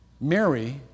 Mary